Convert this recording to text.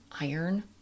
iron